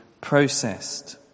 processed